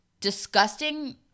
disgusting